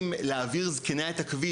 אם להעביר זקנה את הכביש,